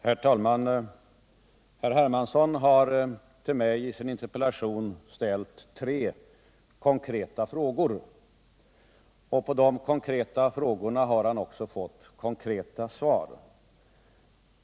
Herr talman! Herr Hermansson har till mig i sin interpellation ställt tre konkreta frågor. På dessa konkreta frågor har han också fått konkreta svar.